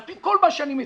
על-פי כל מה שאני מציג,